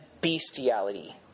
bestiality